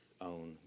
own